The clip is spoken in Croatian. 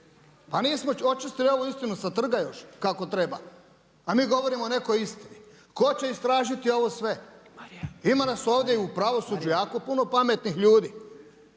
Pa nismo očistili ovu istinu sa trga još kako treba, a mi govorimo nekoj istini. Tko će istražiti ovo sve, ima nas ovdje u pravosuđu jako puno pametnih ljudi,